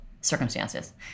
circumstances